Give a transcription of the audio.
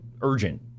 urgent